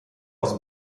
aus